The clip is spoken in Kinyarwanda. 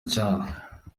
cyane